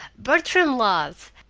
bartram laws!